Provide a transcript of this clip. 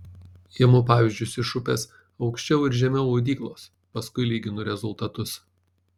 imu pavyzdžius iš upės aukščiau ir žemiau audyklos paskui lyginu rezultatus